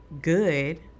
Good